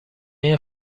این